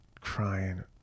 crying